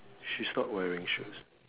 she's not wearing shoes